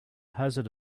hazard